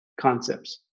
concepts